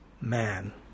man